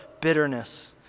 bitterness